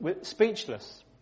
speechless